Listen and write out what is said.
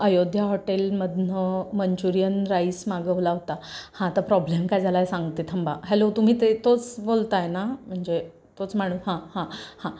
अयोध्या हॉटेलमधून Manchurian rice मागवला होता हां तर प्रॉब्लेम काय झाला आहे सांगते थांबा हॅलो तुम्ही ते तोच बोलताय ना म्हणजे तोच माणूस हां हां हां